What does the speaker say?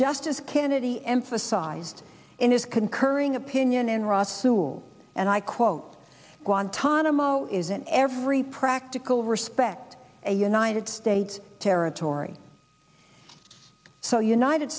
justice kennedy emphasized in his concurring opinion in rossouw and i quote guantanamo is in every practical respect a united states territory so united